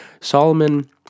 Solomon